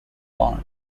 born